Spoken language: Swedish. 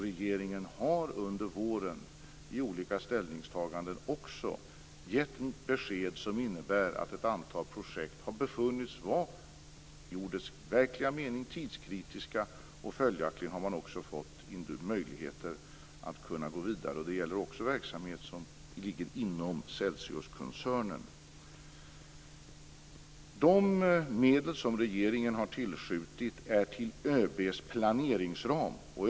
Regeringen har vid olika tillfällen under våren gett besked som innebär att ett antal projekt befunnits i ordets verkliga mening tidskritiska och följaktligen har man fått möjlighet att gå vidare. Det gäller också verksamhet som ligger inom Celsiuskoncernen. De medel som regeringen har tillskjutit är till ÖB:s planeringsram.